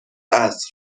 عصر